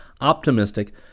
optimistic